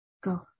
Go